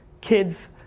kids